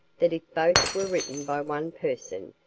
that if both were written by one person,